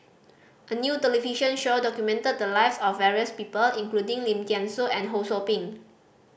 a new television show documented the lives of various people including Lim Thean Soo and Ho Sou Ping